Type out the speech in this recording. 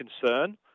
concern